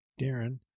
Darren